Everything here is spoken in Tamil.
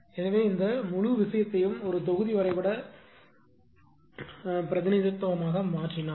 எனவே இந்த முழு விஷயத்தையும் ஒரு தொகுதி வரைபட பிரதிநிதித்துவமாக மாற்றினால்